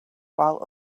while